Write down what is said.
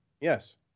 Yes